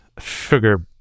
sugar